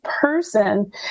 person